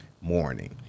Morning